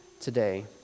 today